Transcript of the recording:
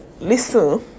listen